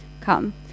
come